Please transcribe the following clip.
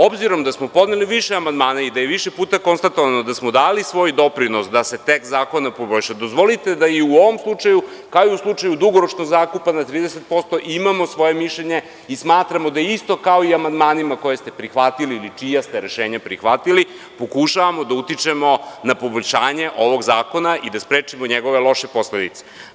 Obzirom da smo podneli više amandmana i da je više puta konstatovano da smo dali svoj doprinos da se tekst zakona poboljša, dozvolite da i u ovom slučaju, krajnjem slučaju dugoročnog zakupe na 30% imamo svoje mišljenje i smatramo da je isto kao i u amandmanima koje ste prihvatili čije jeste rešenje prihvatili pokušavamo da utičemo na poboljšanje ovog zakona i da sprečimo njegove loše posledice.